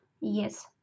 Yes